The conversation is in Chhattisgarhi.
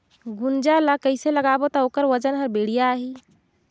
गुनजा ला कइसे लगाबो ता ओकर वजन हर बेडिया आही?